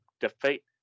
defeat